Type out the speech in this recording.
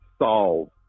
solve